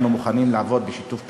אנחנו מוכנים לעבוד בשיתוף פעולה.